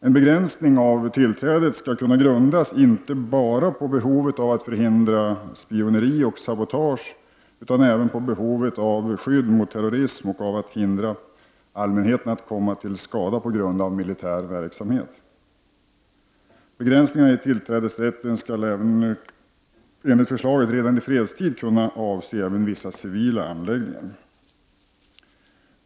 En begränsning av tillträdet skall kunna grundas inte bara på behovet av att förhindra spioneri och sabotage utan även på behovet av skydd mot terrorism och av att hindra allmänheten att komma till skada på grund av militär verksamhet. Begränsningarna i tillträdesrätten skall enligt förslaget redan i fredstid kunna avse även vissa civila anläggningar.